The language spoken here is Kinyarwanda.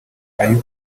ayew